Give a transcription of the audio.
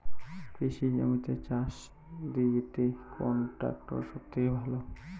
কৃষি জমিতে চাষ দিতে কোন ট্রাক্টর সবথেকে ভালো?